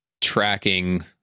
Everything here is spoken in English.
tracking